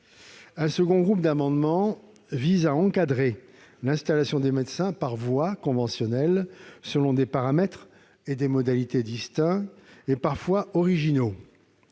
Un second groupe d'amendements tend à encadrer l'installation des médecins par voie conventionnelle, selon des paramètres et des modalités distincts et, parfois, originaux.